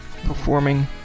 performing